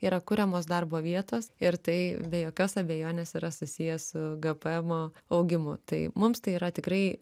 yra kuriamos darbo vietos ir tai be jokios abejonės yra susiję su gpm augimu tai mums tai yra tikrai